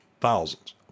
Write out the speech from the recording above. thousands